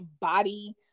body